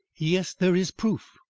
yes, there is proof.